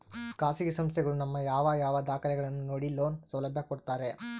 ಖಾಸಗಿ ಸಂಸ್ಥೆಗಳು ನಮ್ಮ ಯಾವ ಯಾವ ದಾಖಲೆಗಳನ್ನು ನೋಡಿ ಲೋನ್ ಸೌಲಭ್ಯ ಕೊಡ್ತಾರೆ?